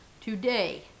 today